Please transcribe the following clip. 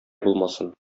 булмасын